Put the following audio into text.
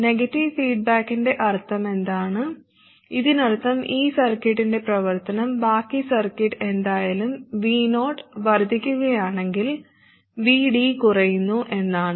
negative ഫീഡ്ബാക്കിന്റെ അർത്ഥമെന്താണ് ഇതിനർത്ഥം ഈ സർക്യൂട്ടിന്റെ പ്രവർത്തനം ബാക്കി സർക്യൂട്ട് എന്തായാലും Vo വർദ്ധിക്കുകയാണെങ്കിൽ Vd കുറയുന്നു എന്നാണ്